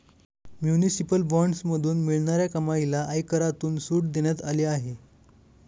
municipal बॉण्ड्समधून मिळणाऱ्या कमाईला आयकरातून सूट देण्यात आली आहे